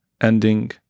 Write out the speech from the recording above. ending